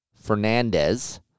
Fernandez